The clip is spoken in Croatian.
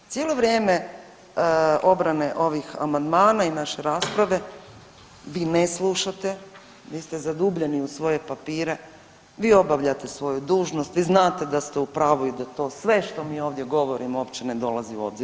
Cijelo vrijeme obrane ovih amandmana i naše rasprave, vi ne slušate, vi ste zadubljeni u svoje papire, vi obavljate svoju dužnost, vi znate da ste u pravu i da to sve što mi ovdje govorimo uopće ne dolazi u obzir.